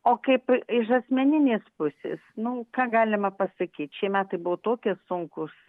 o kaip a iš asmeninės pusės nu ką galima pasakyt šie metai buvo tokie